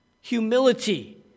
Humility